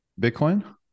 bitcoin